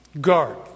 guard